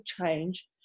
change